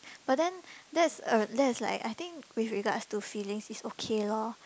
but then that's uh that's like I think with regards to feelings it's okay lor